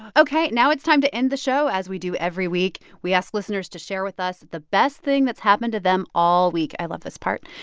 ok. now it's time to end the show as we do every week. we asked listeners to share with us the best thing that's happened to them all week. i love this part.